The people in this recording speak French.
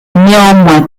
néanmoins